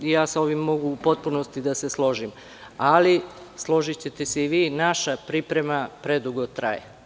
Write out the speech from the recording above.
Ja sa ovim mogu u potpunosti da se složim, ali, složićete se i vi, naša priprema predugo traje.